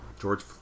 George